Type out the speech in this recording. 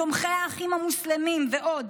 "תומכי האחים המוסלמים" ועוד